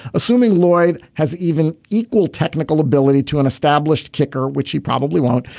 assuming lloyd has even equal technical ability to an established kicker which he probably won't.